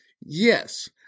Yes